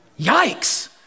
Yikes